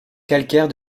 calcaire